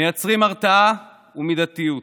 מייצרים הרתעה ומידתיות.